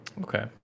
Okay